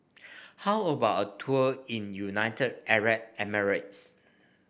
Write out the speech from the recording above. how about a tour in United Arab Emirates